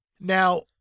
Now